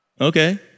Okay